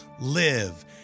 live